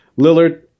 Lillard